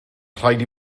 rhaid